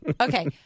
okay